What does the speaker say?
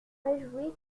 réjouis